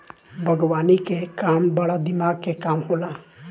बागवानी के काम बड़ा दिमाग के काम होला